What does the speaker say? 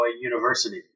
University